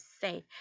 safe